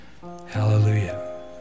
hallelujah